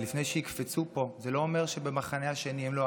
ולפני שיקפצו פה, זה לא אומר שבמחנה השני הם לא.